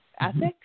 ethics